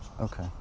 Okay